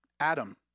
Adam